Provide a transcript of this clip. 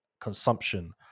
consumption